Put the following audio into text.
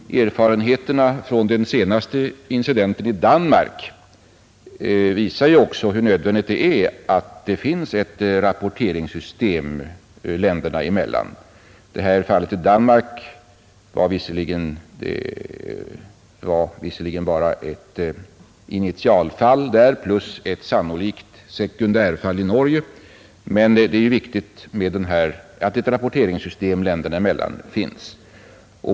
Erfarenheterna från den senaste incidenten i Danmark visar också hur nödvändigt detta är. I Danmark var det visserligen bara fråga om ett initialfall plus ett sannolikt sekundärfall i Norge, men det är viktigt att ett rapporteringssystem länderna emellan finns.